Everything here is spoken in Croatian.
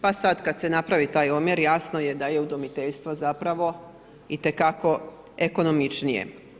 Pa sada kada se napravi taj omjer, jasno je da je udomiteljstvo zapravo itekako ekonomičnije.